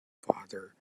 father